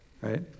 Right